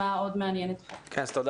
כמה